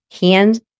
hand